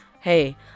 Hey